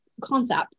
concept